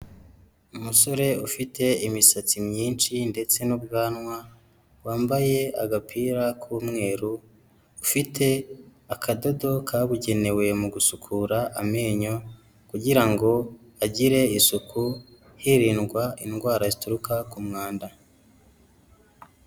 Umusore ufite imisatsi myinshi ndetse n'ubwanwa wambaye agapira k'umweru, ufite akadodo kabugenewe mu gusukura amenyo kugira ngo agire isuku hirindwa indwara zituruka ku mwanda.